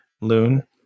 Loon